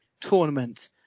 tournament